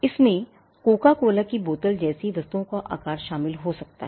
इसमें Coca Cola की बोतल जैसी वस्तुओं का आकार शामिल हो सकता है